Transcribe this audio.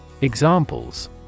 Examples